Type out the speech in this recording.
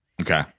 Okay